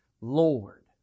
Lord